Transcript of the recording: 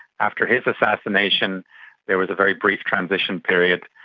after his assassination there was a very brief transition period,